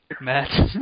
Matt